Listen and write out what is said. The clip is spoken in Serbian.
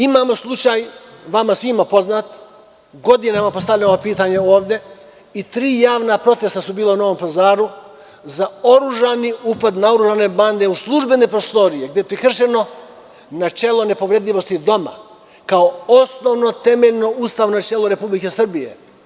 Imamo slučaj vama svima poznat, godinama postavljamo pitanje ovde i tri javna protesta su bila u Novom Pazaru za oružani upad naoružane bande u službene prostorije, gde je prekršeno načelo nepovredivosti doma kao osnovno, temeljno ustavno načelo Republike Srbije.